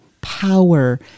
power